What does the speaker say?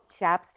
chapstick